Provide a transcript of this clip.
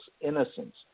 innocence